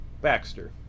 Baxter